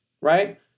right